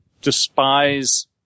despise